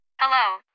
Hello